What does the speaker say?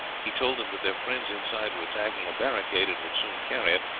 he told them that their friends inside were attacking a barricade, and would soon carry it,